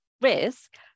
risk